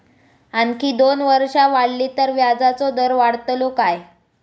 आणखी दोन वर्षा वाढली तर व्याजाचो दर वाढतलो काय?